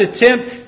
attempt